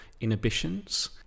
inhibitions